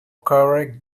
correct